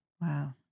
Wow